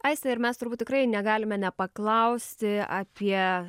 aiste ir mes turbūt tikrai negalime nepaklausti apie